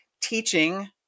teaching